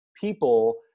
people